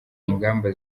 ingamba